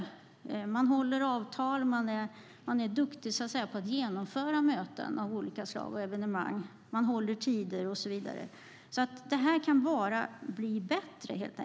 Man håller avtal, man är duktig på att genomföra möten och evenemang av olika slag. Man håller tider och så vidare. Detta kan helt enkelt bara bli bättre.